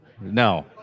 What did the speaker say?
No